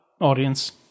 audience